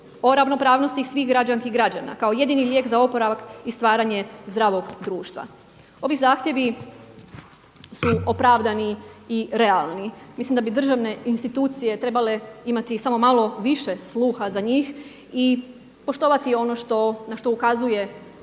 o ravnopravnosti svih građanki i građana kao jedini lijek za oporavak i stvaranje zdravog društva. Ovih zahtjevi su opravdani i realni. Mislim da bi državne institucije trebale imati samo malo više sluha za njih i poštovani ono na što ukazuje i